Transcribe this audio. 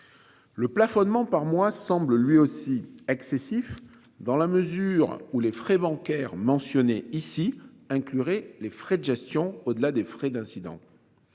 Le plafonnement par mois semble lui aussi excessif dans la mesure où les frais bancaires mentionnés ici inclurait les frais de gestion. Au-delà des frais d'incident.